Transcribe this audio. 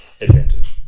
advantage